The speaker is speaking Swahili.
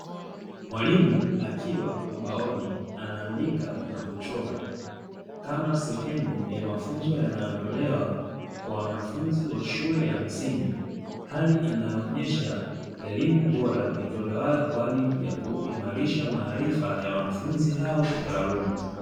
Mwalimu akiwa ubaoni anaandika na kuchora, kama sehemu ya mafunzo yanayotolewa kwa wanafunzi wa shule ya msingi. Hali inayoonesha elimu bora itolewayo kwa ajili ya kuimarisha maarifa ya wanafunzi hao kitaaluma.